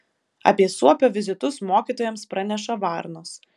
apie suopio vizitus mokytojams praneša varnos